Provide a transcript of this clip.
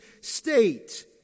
state